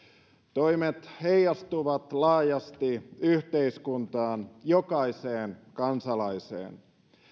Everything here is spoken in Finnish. toimet heijastuvat laajasti yhteiskuntaan jokaiseen kansalaiseen